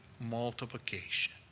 multiplication